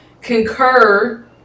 Concur